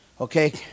okay